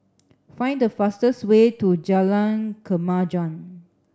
find the fastest way to Jalan Kemajuan